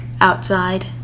outside